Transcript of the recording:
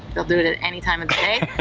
they'll do it at any time of the day.